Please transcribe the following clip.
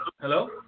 Hello